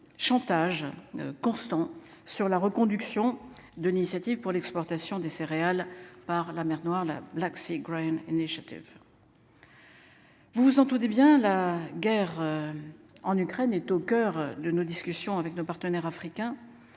chantage. Constant sur la reconduction de l'initiative pour l'exportation des céréales par la mer Noire l'accès. Une initiative. Vous vous entendez bien la guerre. En Ukraine est au coeur de nos discussions avec nos partenaires africains.